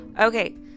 Okay